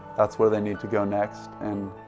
that's where they need to go next and